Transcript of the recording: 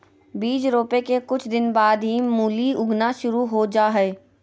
बीज रोपय के कुछ दिन बाद ही मूली उगना शुरू हो जा हय